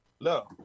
No